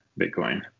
Bitcoin